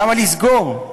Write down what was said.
למה לסגור?